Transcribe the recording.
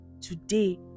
today